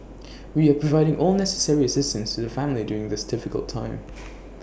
we are providing all necessary assistance to the family during this difficult time